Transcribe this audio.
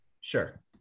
sure